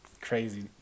crazy